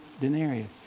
denarius